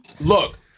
Look